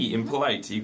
Impolite